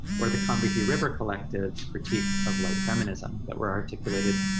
or the combahee river collective, critiques of white feminism that were articulated,